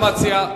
בשביל מה דיונים?